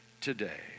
today